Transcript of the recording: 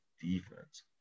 defense